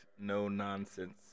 no-nonsense